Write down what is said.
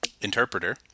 interpreter